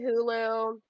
Hulu